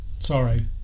Sorry